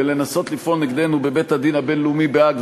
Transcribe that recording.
בלנסות לפעול נגדנו בבית-הדין הבין-לאומי בהאג.